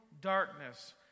darkness